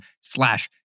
slash